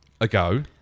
ago